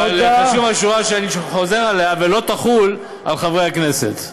אבל חשובה השורה שאני חוזר עליה: ולא תחול על חברי הכנסת,